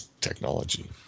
technology